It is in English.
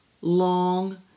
long